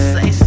Say